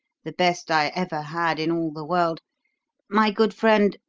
the best i ever had in all the world my good friend,